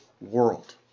world